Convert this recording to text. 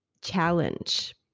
challenge